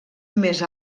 més